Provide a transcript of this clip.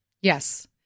Yes